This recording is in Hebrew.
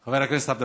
כל הדברים האלה